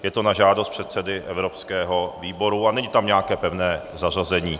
Je to na žádost předsedy evropského výboru a není tam nějaké pevné zařazení.